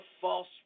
false